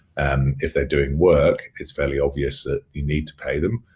and if they're doing work, it's fairly obvious that you need to pay them.